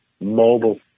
mobile